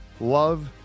love